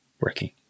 working